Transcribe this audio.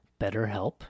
BetterHelp